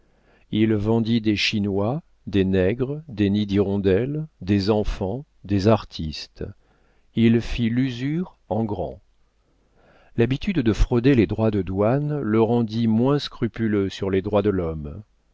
il vendit des chinois des nègres des nids d'hirondelles des enfants des artistes il fit l'usure en grand l'habitude de frauder les droits de douane le rendit moins scrupuleux sur les droits de l'homme